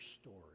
story